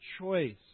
choice